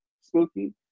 spooky